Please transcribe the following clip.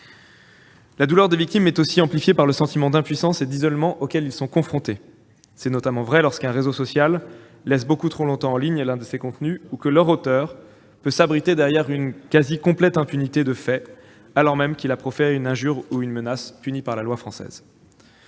La douleur des victimes est amplifiée par le sentiment d'impuissance et d'isolement auquel elles sont confrontées : c'est notamment vrai lorsqu'un réseau social laisse beaucoup trop longtemps en ligne l'un de ces contenus ou que leur auteur peut s'abriter derrière une quasi complète impunité de fait, alors même qu'il a proféré une injure ou une menace punie par la loi française.